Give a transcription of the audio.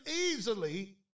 easily